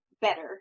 better